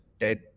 dead